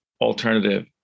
alternative